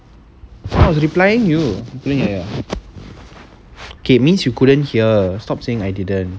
no I was replying you K means you couldn't hear stop saying I didn't